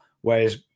whereas